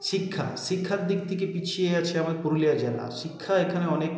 শিক্ষা শিক্ষার দিক থেকে পিছিয়ে আছে আমাদের পুরুলিয়া জেলা শিক্ষা এখানে অনেক